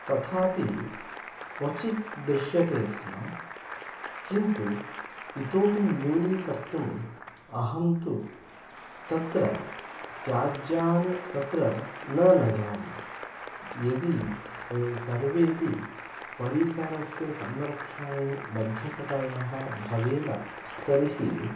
तथापि क्वचित् दृश्यते स्म किन्तु इतोपि न्यूनीकर्तुम् अहं तु तत्र त्याज्यान् तत्र न नयामि यदि वयं सर्वेपि परिसरस्य संरक्षणे बद्धकटयाः भवेम तर्हि